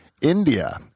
India